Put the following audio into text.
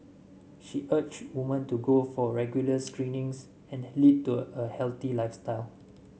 she urged women to go for regular screenings and lead to a healthy lifestyle